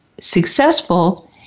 successful